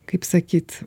kaip sakyt